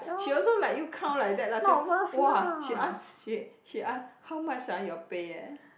she also like you count like that she'll !wah! she ask she she ask how much ah you pay eh